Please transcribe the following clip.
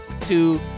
two